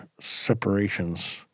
separations